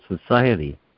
Society